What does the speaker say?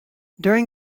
during